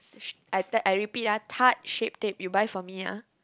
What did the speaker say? I repeat ah Tarte Shape Tape you buy for me ah